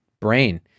brain